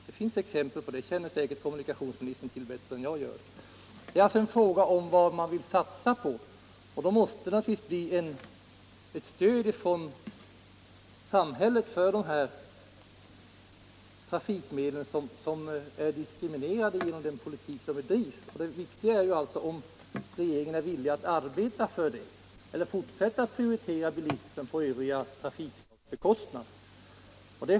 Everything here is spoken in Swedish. Det finns exempel på det, men dem känner säkert kommunikationsministern bättre till än jag gör. Det här är alltså en fråga om vad man vill satsa på. Samhället måste ge sitt stöd åt de trafikmedel som är diskriminerade genom den politik som bedrivs, och det viktiga är alltså om regeringen är villig att arbeta för det eller om den skall fortsätta att prioritera bilismen på övriga trafikslags bekostnad.